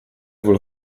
wohl